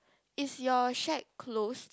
is your shed closed